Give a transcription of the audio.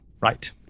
right